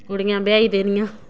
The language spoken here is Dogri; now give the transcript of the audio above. कुड़ियां ब्याही देनियां